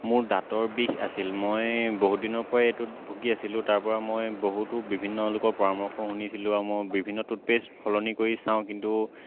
মোৰ দাঁতৰ বিষ আছিল মই বহু দিনৰ পৰাই এইটোত ভোগী আছিলোঁ তাৰপৰা মই বহুতো বিভিন্ন লোকৰ পৰামৰ্শ শুনিছিলোঁ আৰু মই বিভিন্ন টুথপেষ্ট সলনি কৰি চাওঁ কিন্তু